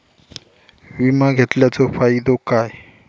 विमा घेतल्याचो फाईदो काय?